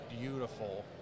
beautiful